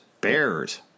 Bears